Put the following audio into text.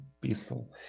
peaceful